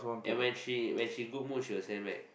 and when she when she good mood she will send back